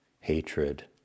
hatred